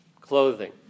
clothing